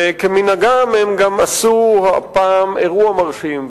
וכמנהגם הם גם עשו הפעם אירוע מרשים.